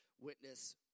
witness